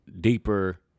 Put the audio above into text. deeper